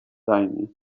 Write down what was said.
zajmie